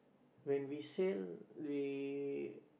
when we sail we